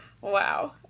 Wow